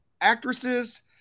actresses